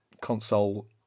console